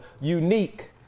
Unique